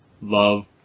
love